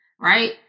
right